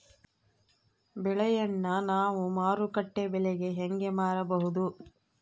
ಬೆಳೆಯನ್ನ ನಾವು ಮಾರುಕಟ್ಟೆ ಬೆಲೆಗೆ ಹೆಂಗೆ ಮಾರಬಹುದು?